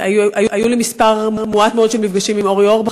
היו לי מספר מועט מאוד של מפגשים עם אורי אורבך,